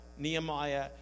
Nehemiah